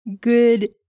Good